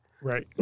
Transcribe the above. Right